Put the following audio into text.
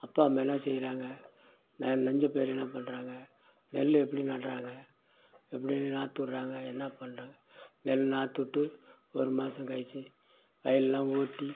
அப்பா அம்மா என்ன செய்யறாங்க ந நஞ்சைப்பயிர் என்ன பண்ணுறாங்க நெல் எப்படி நட்றாங்க எப்படி நாற்று விட்றாங்க என்ன பண்ணுறாங்க நெல் நாற்று விட்டு ஒரு மாசம் கழிச்சு வயல் எல்லாம் ஓட்டி